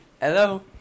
Hello